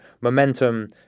momentum